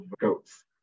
goats